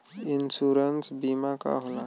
Insurance बीमा का होला?